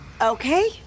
Okay